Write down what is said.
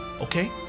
Okay